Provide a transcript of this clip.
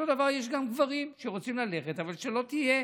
אותו דבר, יש גם גברים שרוצים ללכת, אבל שלא יהיה